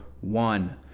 one